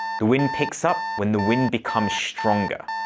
the wind picks up when the wind becomes stronger.